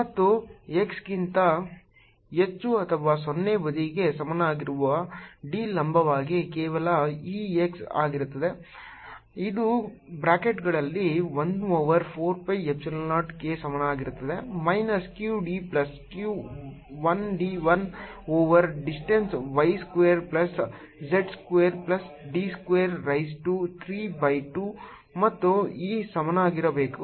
ಮತ್ತು x ಗಿಂತ ಹೆಚ್ಚು ಅಥವಾ 0 ಬದಿಗೆ ಸಮಾನವಾಗಿರುವ D ಲಂಬವಾಗಿ ಕೇವಲ E x ಆಗಿರುತ್ತದೆ ಇದು ಬ್ರಾಕೆಟ್ಗಳಲ್ಲಿ 1 ಓವರ್ 4 pi ಎಪ್ಸಿಲಾನ್ 0 ಗೆ ಸಮನಾಗಿರುತ್ತದೆ minus q d plus q 1 d 1 over distance y square plus z square plus D square raise to 3 by 2 ಮತ್ತು ಈ 2 ಸಮಾನವಾಗಿರಬೇಕು